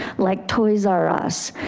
like toys r us.